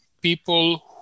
people